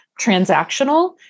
transactional